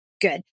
Good